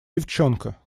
девчонка